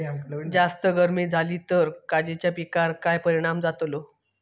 जास्त गर्मी जाली तर काजीच्या पीकार काय परिणाम जतालो?